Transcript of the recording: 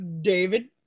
David